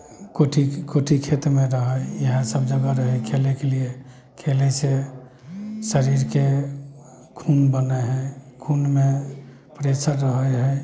कोठीके कोठी खेतमे रहै इएह सब जगह रहै खेलेके लेल खेलै से शरीरके खुन बनै हइ खुनमे प्रेशर रहै हइ